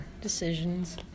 decisions